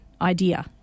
idea